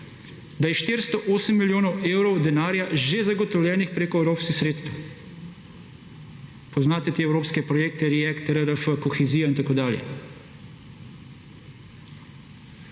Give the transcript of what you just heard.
da je 408 milijonov evrov denarja že zagotovljenih preko evropskih sredstev. Poznate te evropske projekte React, RRF, kohezija in tako dalje.